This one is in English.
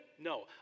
No